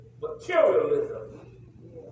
materialism